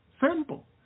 Simple